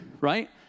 right